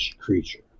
creature